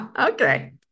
okay